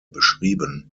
beschrieben